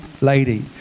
lady